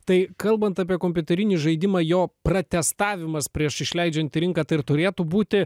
tai kalbant apie kompiuterinį žaidimą jo pratestavimas prieš išleidžiant į rinką tai ir turėtų būti